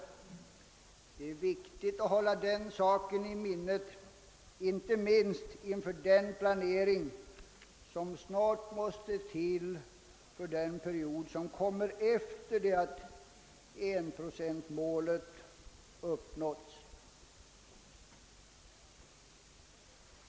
Det är viktigt att hålla den saken i minnet, inte minst inför den planering som snart måste till för den period som kommer efter det att enprocentmålet uppnåtts.